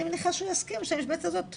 אני מניחה שהוא יסכים שהמשבצת הזאת תוצא,